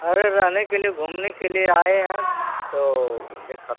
अरे रहने के लिए घूमने के लिए आए हैं तो देखा